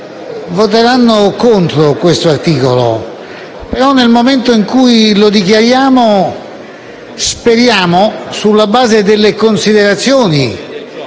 voteranno contro questo articolo. Però, nel momento in cui lo dichiariamo, speriamo, sulla base delle considerazioni